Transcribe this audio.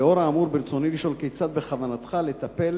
לנוכח האמור ברצוני לשאול: כיצד בכוונתך לטפל